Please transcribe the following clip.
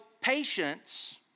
patience